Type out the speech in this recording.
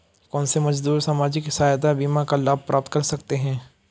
कौनसे मजदूर सामाजिक सहायता बीमा का लाभ प्राप्त कर सकते हैं?